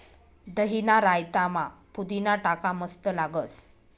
दहीना रायतामा पुदीना टाका मस्त लागस